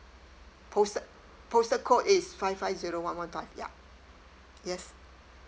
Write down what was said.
postal postal code is five five zero one one five ya yes